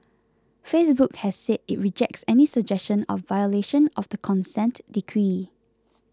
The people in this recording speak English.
Facebook has said it rejects any suggestion of violation of the consent decree